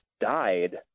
died